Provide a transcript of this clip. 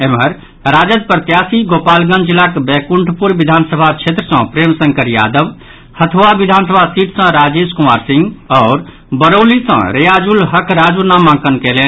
एम्हर राजद प्रत्याशी गोपालगंज जिलाक बैकुंठपुर विधानसभा क्षेत्र सँ प्रेम शंकर यादव हथुआ विधानसभा सीट सँ राजेश कुमार सिंह आओर बरौली सँ रेयाजुल हक राजू नामांकन कयलनि